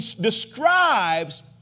describes